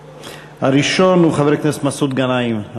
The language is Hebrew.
כרגע, הראשון הוא חבר הכנסת מסעוד גנאים.